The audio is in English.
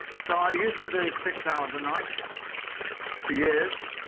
so i used to do six hours a night for years,